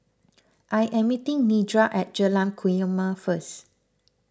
I am meeting Nedra at Jalan Kumia first